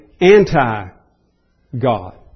anti-God